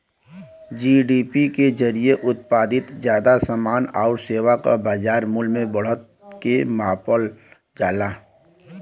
GDP के जरिये उत्पादित जादा समान आउर सेवा क बाजार मूल्य में बढ़त के मापल जाला